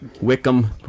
Wickham